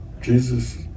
Jesus